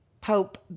Pope